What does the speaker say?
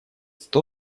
сто